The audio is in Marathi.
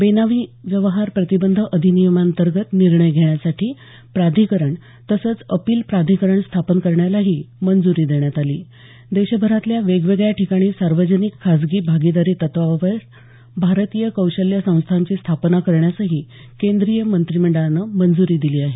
बेनामी व्यवहार प्रतिबंध अधिनियमातर्गंत निर्णय घेण्यासाठी प्राधिकरण तसंच अपिल प्राधिकरण स्थापन करण्याला आणि देशभरातल्या वेगवेगळ्या ठिकाणी सार्वजनिक खाजगी भागीदारी तत्वावर भारतीय कौशल्य संस्थांची स्थापना करण्यालाही केंद्रीय मंत्रिमंडळानं मंजूरी दिली आहे